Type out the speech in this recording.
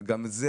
וגם זה,